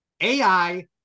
AI